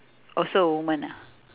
also woman ah